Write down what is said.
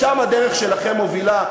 לשם הדרך שלכם מובילה,